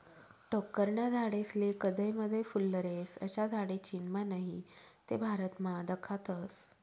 टोक्करना झाडेस्ले कदय मदय फुल्लर येस, अशा झाडे चीनमा नही ते भारतमा दखातस